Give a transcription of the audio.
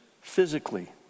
physically